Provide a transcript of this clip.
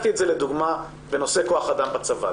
לדוגמה ניקח את נושא כוח האדם בצבא.